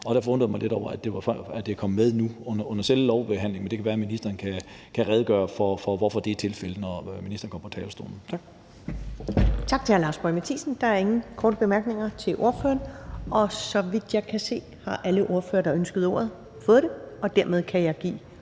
Derfor undrer jeg mig lidt over, at de er kommet med nu i selve lovbehandlingen, men det kan være, at ministeren kan redegøre for, hvorfor det er tilfældet, når ministeren kommer på talerstolen.